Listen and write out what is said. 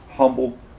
humble